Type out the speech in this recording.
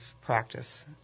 practice